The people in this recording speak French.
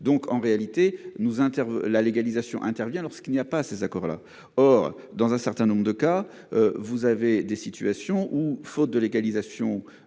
Donc en réalité nous hein. La légalisation intervient lorsqu'il n'y a pas ces accords là. Or, dans un certain nombre de cas, vous avez des situations où faute de légalisation.